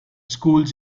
schools